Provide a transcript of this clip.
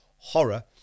Horror